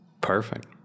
Perfect